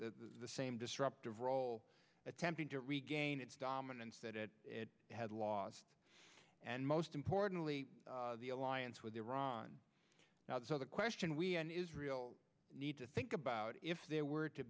the same disruptive role attempting to regain its dominance that it had lost and most importantly the alliance with iran now so the question we and israel need to think about if there were to